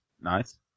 Nice